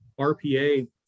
RPA